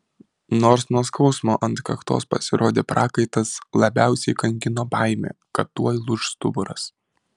nors nuo skausmo ant kaktos pasirodė prakaitas labiausiai kankino baimė kad tuoj lūš stuburas